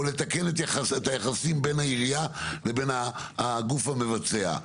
לתקן את היחסים בין העירייה לבין הגוף המבצע.